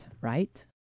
right